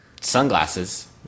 Sunglasses